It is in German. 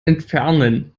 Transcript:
entfernen